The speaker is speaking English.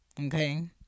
okay